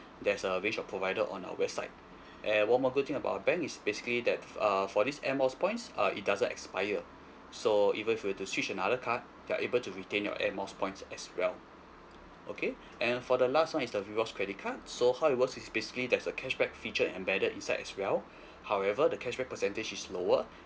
there's a range of provider on our website and one more good thing about our bank is basically that err for this air miles points uh it doesn't expire so even you've to switch another card you're able to retain your air miles points as well okay and for the last one is the rewards credit card so how it works is basically there's a cashback feature embedded inside as well however the cashback percentage is lower